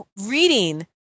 reading